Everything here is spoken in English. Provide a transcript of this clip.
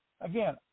again